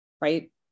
Right